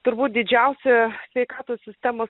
turbūt didžiausia sveikatos sistemos